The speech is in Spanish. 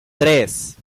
tres